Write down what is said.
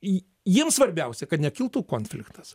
į jiems svarbiausia kad nekiltų konfliktas